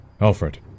Alfred